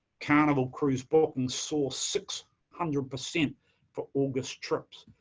carnival cruise bookings soar six hundred percent for august trips.